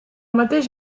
mateix